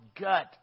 gut